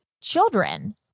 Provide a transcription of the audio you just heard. children